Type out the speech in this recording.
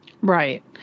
Right